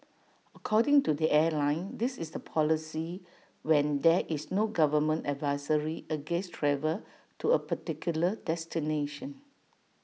according to the airline this is the policy when there is no government advisory against travel to A particular destination